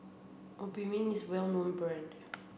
Obimin is well known brand